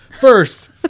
First